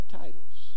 titles